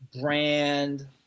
brand